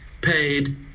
paid